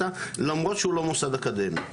למרות שהוא לא מוסד אקדמי.